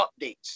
updates